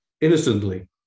innocently